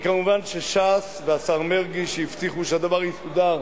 וכמובן שש"ס והשר מרגי שהבטיחו שהדבר יסודר